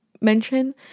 mention